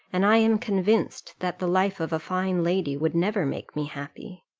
and i am convinced that the life of a fine lady would never make me happy.